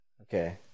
Okay